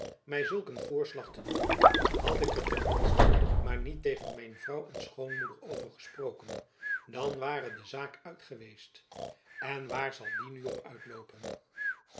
my zulk een voorslag te doen had ik er ten minsten maar niet tegen mijn vrouw en schoonmoeder over gesproken dan ware de zaak uit geweest en waar zal die nu op uitloopen